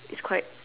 it's quite